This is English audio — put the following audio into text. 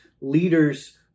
leaders